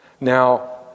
Now